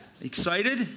Excited